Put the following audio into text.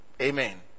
Amen